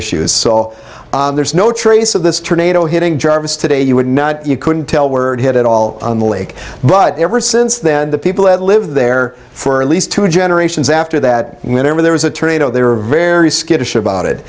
issues so there's no trace of this tornado hitting jarvis today you would not you couldn't tell where it hit at all on the lake but ever since then the people that lived there for at least two generations after that when ever there was attorney no they were very skittish about